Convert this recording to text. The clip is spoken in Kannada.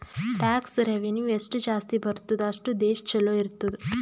ಟ್ಯಾಕ್ಸ್ ರೆವೆನ್ಯೂ ಎಷ್ಟು ಜಾಸ್ತಿ ಬರ್ತುದ್ ಅಷ್ಟು ದೇಶ ಛಲೋ ಇರ್ತುದ್